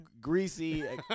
greasy